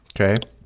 Okay